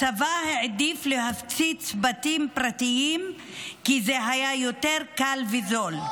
הצבא העדיף להפציץ בתים פרטיים כי זה 'יותר קל וזול',